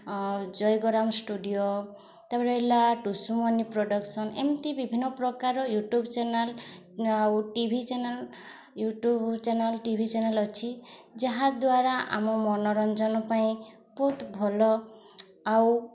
Jaygoram studio ତା'ପରେ ହେଲା Tusumani production ଏମିତି ବିଭିନ୍ନପ୍ରକାର ୟୁଟ୍ୟୁବ୍ ଚ୍ୟାନେଲ୍ ଆଉ TV channel YouTube channel TV channel ଅଛି ଯାହା ଦ୍ୱାରା ଆମ ମନୋରଞ୍ଜନ ପାଇଁ ବହୁତ ଭଲ ଆଉ